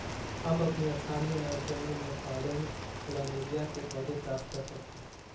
आप अपनी स्थानीय नर्सरी में पॉटेड प्लमेरिया के पौधे प्राप्त कर सकते है